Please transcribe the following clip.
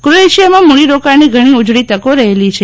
crow એશિયામાં મૂડી રોકાણની ઘણી ઉજળી તકો રહેલી છે